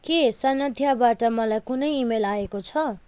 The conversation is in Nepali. के सन्ध्याबाट मलाई कुनै इमेल आएको छ